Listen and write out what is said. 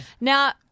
Now